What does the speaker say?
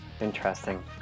Interesting